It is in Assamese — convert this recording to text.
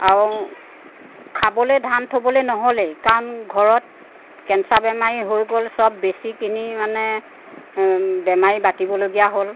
আৰু খাবলৈ ধান থ'বলৈ নহ'লেই কাৰণ ঘৰত কেঞ্চাৰ বেমাৰী হৈ গ'ল চব বেচি কেনি মানে বেমাৰী বাতিবলগীয়া হ'ল